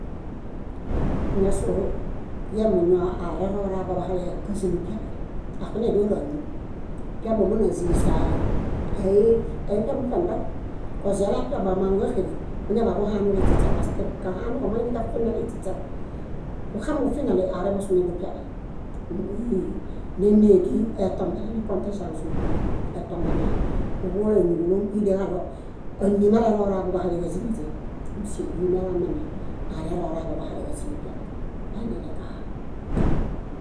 Ñásoo yemuñoo areroraḃo bahale kázini piaḃi, áxunedoroañi. Piaḃi ómanazii saa iṗembuṗem rek, kozialeapiabo ámaŋuġaxeden, kuḃaniġuhanuliśiśe paske kahanuġo moiniġafineliśiśe. Kuxamiġufineli areḃosu nédopiaḃi. Íi nenee díi etombele nikõĵãsue díi etombenie. Kúḃoolai níġulom ideġaɭo áñi marerooraḃo bahaleġáziniźe. Síimelamimeme arerooraḃo bahaleġázini piaḃi, aindiɭekahaa.